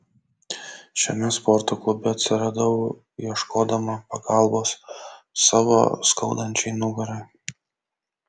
šiame sporto klube atsiradau ieškodama pagalbos savo skaudančiai nugarai